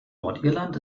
nordirland